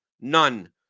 None